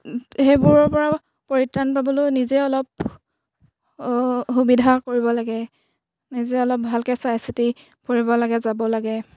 সেইবোৰৰ পৰা পৰিত্ৰাণ পাবলৈও নিজে অলপ সুবিধা কৰিব লাগে নিজে অলপ ভালকে চাই চিতি ফুৰিব লাগে যাব লাগে